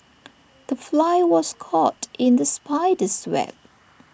the fly was caught in the spider's web